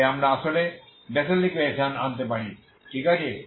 তাই আমরা আসলে বেসেল ইকুয়েশন আনতে পারি ঠিক আছে